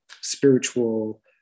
spiritual